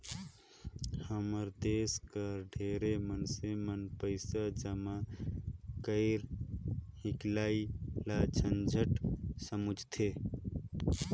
हमर देस कर ढेरे मइनसे मन पइसा जमा करई हिंकलई ल झंझट समुझथें